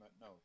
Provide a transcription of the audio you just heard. No